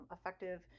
effective